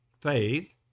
faith